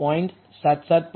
0